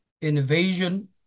invasion